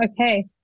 okay